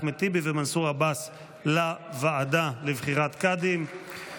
אחמד טיבי ומנסור עבאס לוועדה לבחירת קאדים.